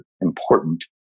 important